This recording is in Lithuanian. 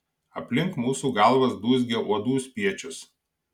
aplink mūsų galvas dūzgia uodų spiečius